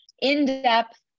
in-depth